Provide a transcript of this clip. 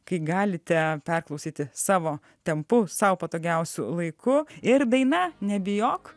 kai galite perklausyti savo tempu sau patogiausiu laiku ir daina nebijok